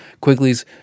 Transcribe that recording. Quigley's